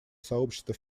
сообщества